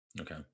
Okay